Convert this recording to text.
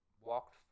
walked